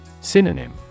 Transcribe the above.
Synonym